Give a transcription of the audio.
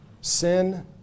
sin